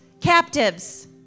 captives